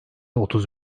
otuz